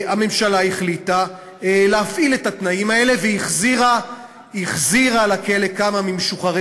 הממשלה החליטה להפעיל את התנאים האלה והחזירה לכלא כמה ממשוחררי